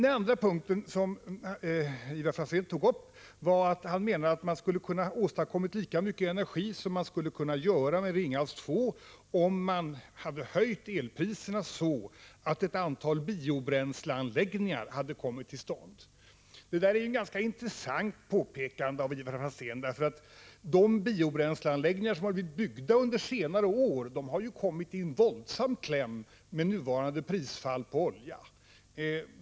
Ivar Franzén sade sedan att man skulle ha kunnat åstadkomma lika mycket energi som i Ringhals 2, om man hade höjt elpriserna, så att'ett antal biobränsleanläggningar hade kommit till stånd. Det är ett ganska intressant påpekande av Ivar Franzén, eftersom de biobränsleanläggningar som har byggts under senare år har kommit i kläm i mycket hög grad på grund av nuvarande prisfall på olja.